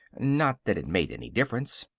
not that it made any difference.